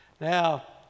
Now